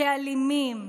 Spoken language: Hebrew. כאלימים,